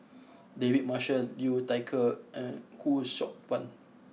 David Marshall Liu Thai Ker and Khoo Seok Wan